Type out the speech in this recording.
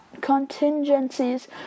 contingencies